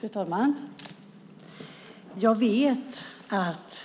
Fru talman! Jag vet att